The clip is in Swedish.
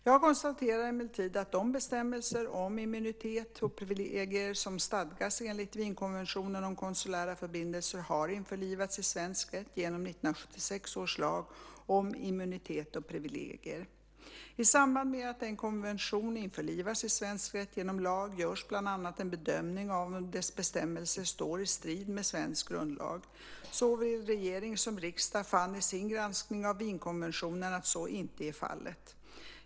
Jag konstaterar emellertid att de bestämmelser om immunitet och privilegier som stadgas enligt Wienkonventionen om konsulära förbindelser har införlivats i svensk rätt genom 1976 års lag om immunitet och privilegier I samband med att en konvention införlivas i svensk rätt genom lag görs bland annat en bedömning av om dess bestämmelser står i strid med svensk grundlag. Såväl regering som riksdag fann i sin granskning av Wienkonventionen att så inte är fallet.